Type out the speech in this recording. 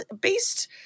based